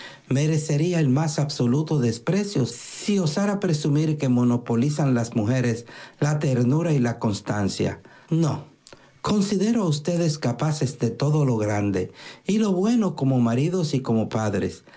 merecería el más absoluto desprecio si osara presumir que monopolizan las mujeres la ternura y la constancia no considero a ustedes capaces de todo lo grande y lo bueno como maridos y como padres